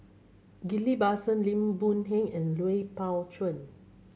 Ghillie Basan Lim Boon Heng and Lui Pao Chuen